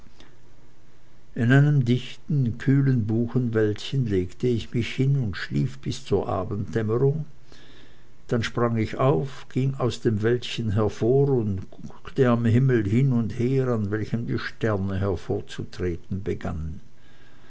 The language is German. in einem dichten kühlen buchenwäldchen legte ich mich hin und schlief bis zur abenddämmerung dann sprang ich auf ging aus dem wäldchen hervor und guckte am himmel hin und her an welchem die sterne hervorzutreten begannen